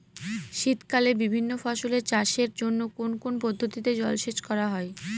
শীতকালে বিভিন্ন ফসলের চাষের জন্য কোন কোন পদ্ধতিতে জলসেচ করা হয়?